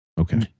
Okay